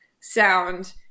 sound